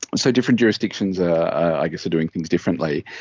so, different jurisdictions i i guess are doing things differently.